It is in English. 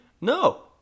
No